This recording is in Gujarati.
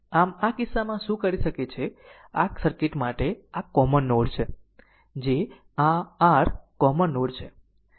આમ આ કિસ્સામાં આ શું કરી શકે છે આ સર્કિટ માટે આ કોમન નોડ છે જે આ r કોમન નોડ છે